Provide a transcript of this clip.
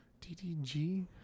DDG